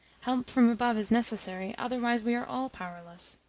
help from above is necessary otherwise we are all powerless.